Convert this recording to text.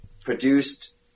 produced